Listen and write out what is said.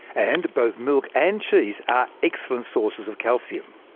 and both milk and cheese are excellent sources of calcium.